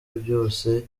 byose